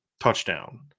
touchdown